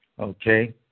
Okay